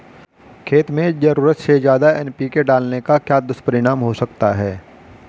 खेत में ज़रूरत से ज्यादा एन.पी.के डालने का क्या दुष्परिणाम हो सकता है?